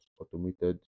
automated